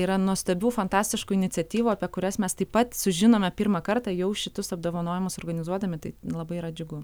yra nuostabių fantastiškų iniciatyvų apie kurias mes taip pat sužinome pirmą kartą jau šitus apdovanojimus organizuodami tai labai yra džiugu